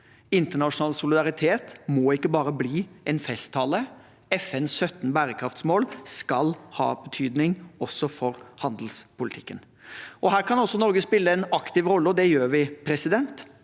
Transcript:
Internasjonal solidaritet må ikke bare blir en festtale. FNs 17 bærekraftsmål skal ha betydning også for handelspolitikken. Her kan også Norge spille en aktiv rolle, og det gjør vi, ikke